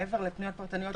מעבר לפניות פרטניות.